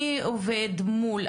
אני עובד מול,